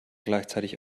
gleichzeitig